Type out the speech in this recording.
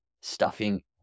stuffing